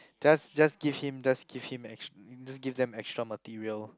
just just give him just give him extra just give them extra material